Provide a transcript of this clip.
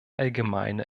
allgemeine